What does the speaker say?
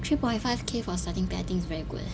three point five K for starting pay I think it's very good eh